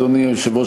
אדוני היושב-ראש,